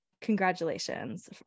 congratulations